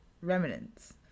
remnants